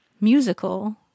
musical